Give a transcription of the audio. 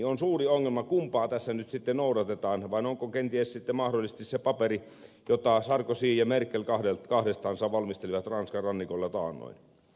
on suuri ongelma kumpaa tässä nyt sitten noudatetaan vai onko se sitten kenties se paperi jota sarkozy ja merkel kahdestansa valmistelivat ranskan rannikolla taannoin